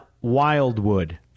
Wildwood